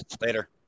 Later